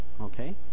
okay